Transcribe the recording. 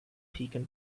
pecan